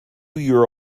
year